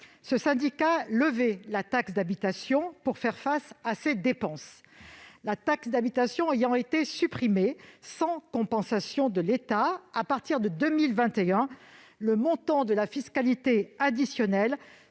Ce syndicat levait la taxe d'habitation pour faire face à ses dépenses. Cette dernière ayant été supprimée sans compensation de l'État, le montant de la fiscalité additionnelle